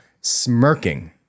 smirking